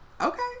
okay